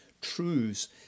truths